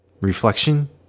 Reflection